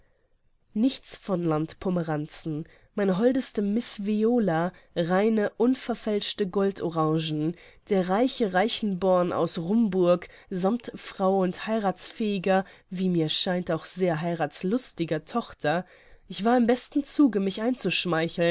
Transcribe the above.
nichts von land pomeranzen meine holdeste miß viola reine unverfälschte gold orangen der reiche reichenborn aus rumburg sammt frau und heirathsfähiger wie mir scheint auch sehr heirathslustiger tochter ich war im besten zuge mich